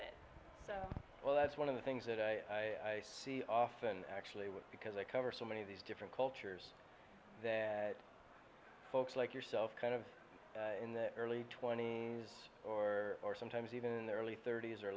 it so well that's one of the things that i see often actually with because i cover so many of these different cultures that folks like yourself kind of in the early twenty's or or sometimes even in their early thirty's or